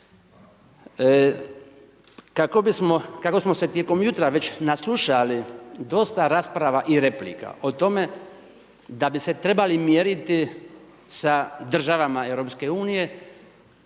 Kako smo se tijekom jutra naslušali dosta rasprava i replika o tome da bi s trebali mjeriti sa državama EU